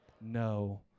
No